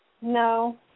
No